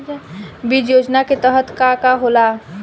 बीज योजना के तहत का का होला?